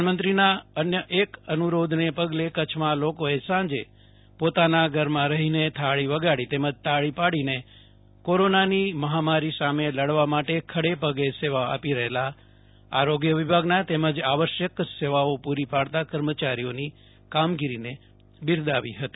પ્રધાનમંત્રીના અન્ય એક અનુ રોધને પગલે લોકોએ સાંજે પોતાના ધરમાં રહીને થાળી વગાડી તેમજ તાળી પાડીને કોરોનાની મહામારી સામે લડવા માટે ખડે પગે સેવા આપી રહેલા આરોગ્ય વિભાગના કર્મચારીઓ તેમજ આવશ્યક સેવાઓ પુરી પાડતા કર્મચારીઓની કામગીરીને બિરદાવી હતી